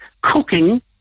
cooking